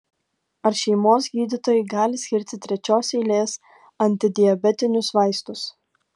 ar šeimos gydytojai gali skirti trečios eilės antidiabetinius vaistus